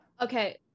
okay